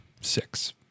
six